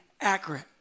accurate